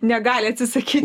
negali atsisakyt